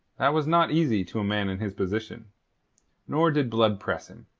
that was not easy to a man in his position nor did blood press him.